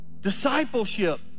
Discipleship